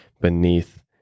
beneath